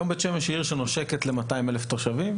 היום בית שמש היא עיר שנושקת ל-200,000 תושבים.